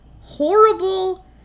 horrible